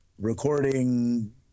recording